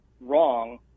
wrong